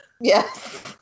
Yes